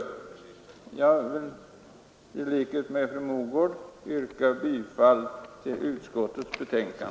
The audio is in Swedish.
Jag vill i likhet med fru Mogård yrka bifall till utskottets hemställan.